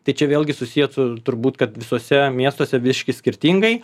tai čia vėlgi susiję turbūt kad visuose miestuose biškį skirtingai